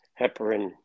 heparin